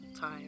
time